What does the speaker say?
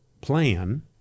plan